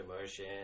motion